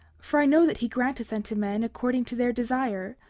for i know that he granteth unto men according to their desire,